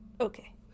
Okay